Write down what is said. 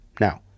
Now